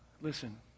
Listen